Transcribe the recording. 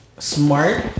Smart